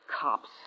Cops